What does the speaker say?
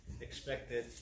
expected